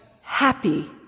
happy